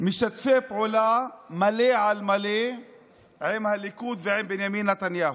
משתפים פעולה מלא על מלא עם הליכוד ועם בנימין נתניהו.